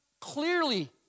clearly